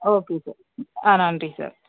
okay sir ஆ நன்றி sir